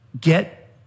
get